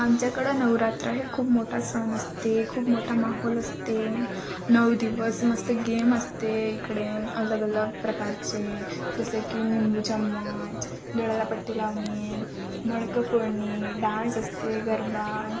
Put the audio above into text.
आमच्याकडं नवरात्र हे खूप मोठा सण असते खूप मोठा माहौल असते नऊ दिवस मस्त गेम असते इकडे अलगअलग प्रकारचे जसं की निंबू चम्मच डोळ्याला पट्टी लावणे मडकं फोडणे डान्स असते गरबा